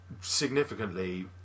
significantly